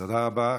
תודה רבה.